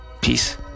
peace